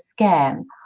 scam